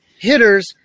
Hitters